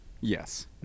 Yes